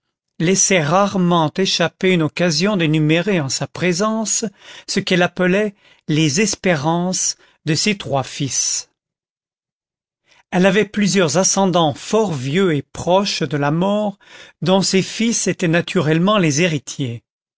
laissait rarement échapper une occasion d'énumérer en sa présence ce qu'elle appelait les espérances de ses trois fils elle avait plusieurs ascendants fort vieux et proches de la mort dont ses fils étaient naturellement les héritiers